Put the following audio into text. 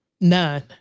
Nine